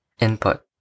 Input